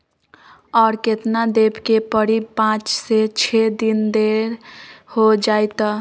और केतना देब के परी पाँच से छे दिन देर हो जाई त?